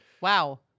wow